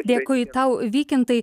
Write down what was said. dėkui tau vykintai